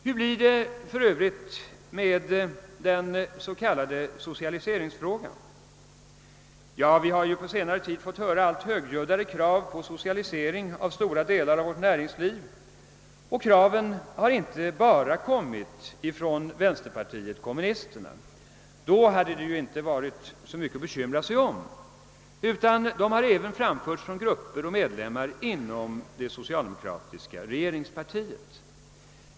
Hur blir det för övrigt med den s.k. socialiseringsfrågan? Ja, vi har ju på senare tid fått höra alltmera högljudda krav på socialisering av stora delar av vårt näringsliv, och kraven har inte bara kommit från vänsterpartiet kommunisterna. Då hade det inte varit så mycket att bekymra sig om. De har även framförts från grupper och medlemmar av det socialdemokratiska regeringspartiet.